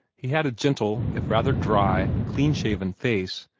he had a gentle, if rather dry, clean-shaven face,